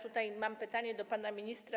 Tutaj mam pytanie do pana ministra.